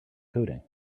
coding